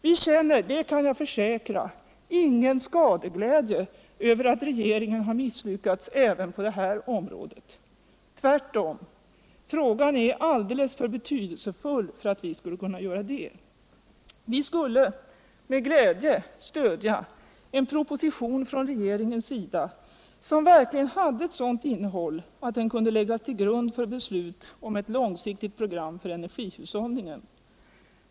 Vi känner —- det kan jag försäkra - ingen skadeglädje över att regeringen misslyckats även på detta område. Tvärtom. Frågan är alldeles för betydetsefull för att vi skulle kunna göra det. Vi skulle med glädje stödja en proposition från regeringens sida, som verkligen hade ett sådant innehåll att den kunde läggas till grund för beslut om ett långsiktigt program för cnergihushållningen.